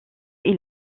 est